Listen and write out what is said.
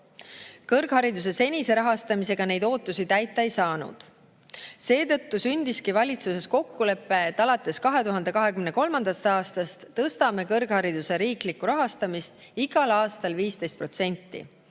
Kõrghariduse senise rahastamisega neid ootusi täita ei saanud. Seetõttu sündiski valitsuses kokkulepe, et alates 2023. aastast tõstame kõrghariduse riiklikku rahastamist igal aastal 15%.